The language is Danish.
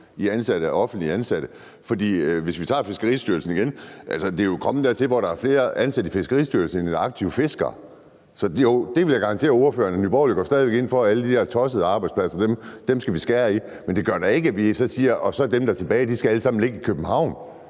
af offentligt ansatte. Hvis vi tager Fiskeristyrelsen igen, er det jo kommet dertil, at der er flere ansatte i Fiskeristyrelsen, end der er aktive fiskere. Så det vil jeg garantere ordføreren: Nye Borgerlige går stadig væk ind for, at vi skal skære i alle de der tossede arbejdspladser, men det gør da ikke, at vi så siger, at dem, der er tilbage, så alle sammen skal ligge i København.